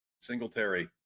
Singletary